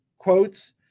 quotes